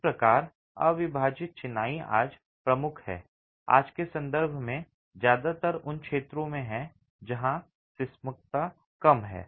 इस प्रकार अविभाजित चिनाई आज प्रमुख है आज के संदर्भ में ज्यादातर उन क्षेत्रों में है जहां सीस्मता कम है